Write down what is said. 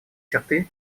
черты